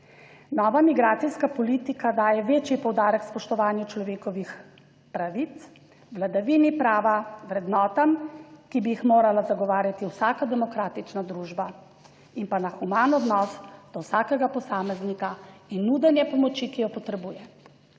Nova migracijska politika daje večji poudarek spoštovanju človekovih pravic, vladavini prava, vrednotam, ki bi jih morala zagovarjati vsaka demokratična družba in pa na human odnos do vsakega posameznika in nudenje pomoči, ki jo potrebuje.